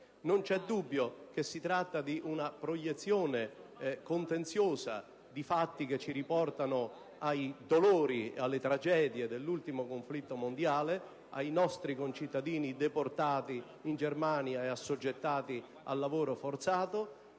Non c'è dubbio che si tratta di una proiezione contenziosa di fatti che ci riportano ai dolori, alle tragedie dell'ultimo conflitto mondiale, ai nostri concittadini deportati in Germania e assoggettati al lavoro forzato,